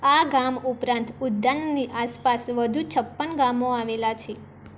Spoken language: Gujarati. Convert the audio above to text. આ ગામ ઉપરાંત ઉદ્યાનની આસપાસ વધુ છપ્પન ગામો આવેલાં છે